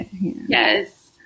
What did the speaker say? Yes